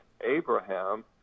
Abraham